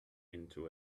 into